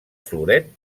floret